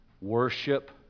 worship